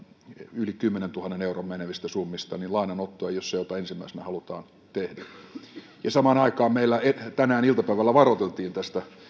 yli kymmenentuhannen euron menevistä summista niin lainanotto ei ole se jota ensimmäisenä halutaan tehdä samaan aikaan meillä tänään iltapäivällä varoiteltiin tästä